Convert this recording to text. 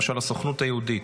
למשל הסוכנות היהודית.